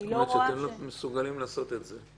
זאת אומרת, אתם לא מסוגלים לעשות את זה.